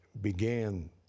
began